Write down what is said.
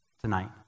tonight